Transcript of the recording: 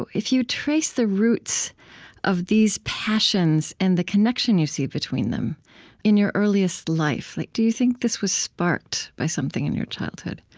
but if you trace the roots of these passions and the connection you see between them in your earliest life, like do you think this was sparked by something in your childhood?